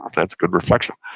that's good reflection.